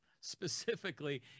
specifically